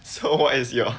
so what is your